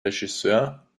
regisseur